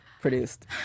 Produced